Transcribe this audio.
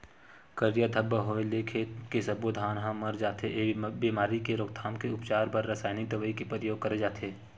करिया धब्बा होय ले खेत के सब्बो धान ह मर जथे, ए बेमारी के रोकथाम के उपचार बर रसाइनिक दवई के परियोग करे जाथे